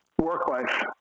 Work-life